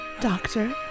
doctor